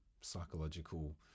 psychological